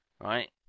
right